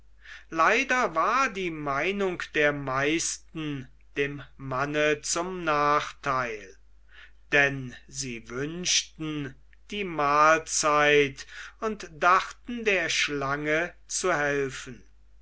leider war die meinung der meisten dem manne zum nachteil denn sie wünschten die mahlzeit und dachten der schlange zu helfen